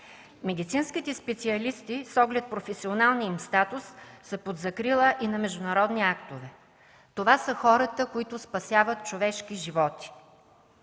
Медицинските специалисти, с оглед професионалния им статус, са под закрила и на международни актове. Това са хората, които спасяват човешки животи,